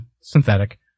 synthetic